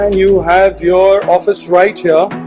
um you have your office right here